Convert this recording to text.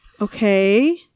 Okay